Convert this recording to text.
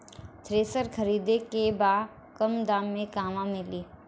Thresher खरीदे के बा कम दाम में कहवा मिली?